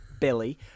Billy